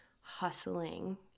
hustling